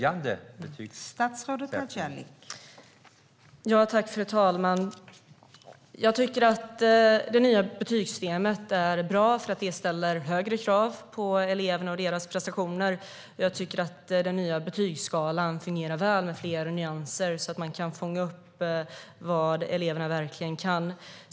Fru talman! Det nya betygssystemet är bra eftersom det ställer högre krav på elevernas prestationer. Jag tycker att den nya betygsskalan fungerar väl med fler nyanser så att det går att fånga upp vad eleverna verkligen kan.